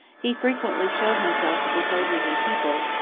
he frequently showed himself to the soldiers and people,